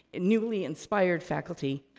newly inspired faculty,